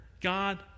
God